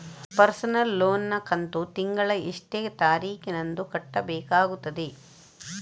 Personal loan ನ ಕಂತು ತಿಂಗಳ ಎಷ್ಟೇ ತಾರೀಕಿನಂದು ಕಟ್ಟಬೇಕಾಗುತ್ತದೆ?